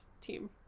team